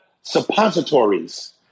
suppositories